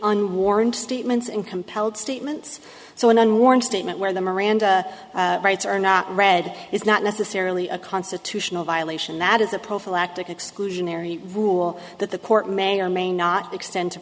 unwarranted statements and compelled statements so when an warrant statement where the miranda rights are not read is not necessarily a constitutional violation that is a prophylactic exclusionary rule that the court may or may not extend to